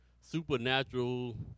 supernatural